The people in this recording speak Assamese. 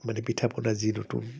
মানে পিঠা পনা যি নতুন